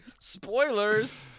spoilers